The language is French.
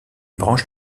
branche